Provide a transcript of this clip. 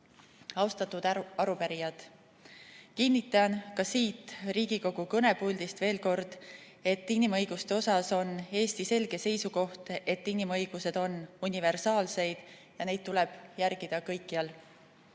Austatud arupärijad, kinnitan ka siit Riigikogu kõnepuldist veel kord, et inimõiguste suhtes on Eesti selge seisukoht see, et inimõigused on universaalsed ja neid tuleb järgida kõikjal.